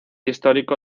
histórico